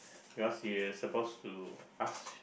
because he is supposed to ask